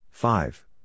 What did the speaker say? Five